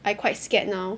I quite scared now